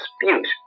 dispute